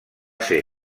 ser